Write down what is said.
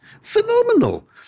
Phenomenal